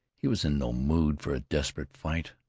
he was in no mood for a desperate fight.